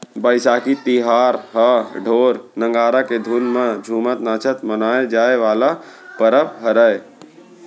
बइसाखी तिहार ह ढोर, नंगारा के धुन म झुमत नाचत मनाए जाए वाला परब हरय